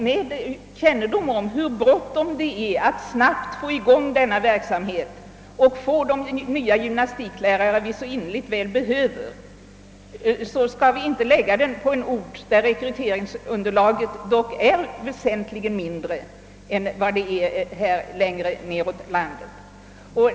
Med hänsyn till önskvärdheten av att snabbt få igång denna verksamhet för att kunna utbilda de nya gymnastiklärare som så innerligt väl behövs skall vi inte lägga denna högskola på en ort där rekryteringsunderlaget är väsentligt mindre än söder om Stockholm.